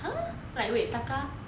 !huh! like wait taka